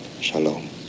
Shalom